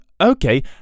okay